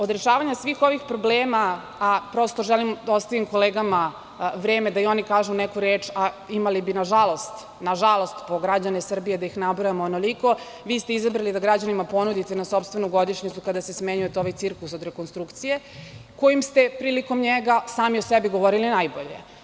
Od rešavanja svih ovih problema, a prosto želim da ostavim kolegama vreme da i oni kažu neku reč, a imali bi, nažalost, na žalost po građane Srbije da ih nabrajamo onoliko, vi ste izabrali da građanima ponudite, na sopstvenu godišnjicu kada se smenjujte, ovaj cirkus od rekonstrukcije, kojim ste, prilikom njega, sami o sebi govorili najbolje.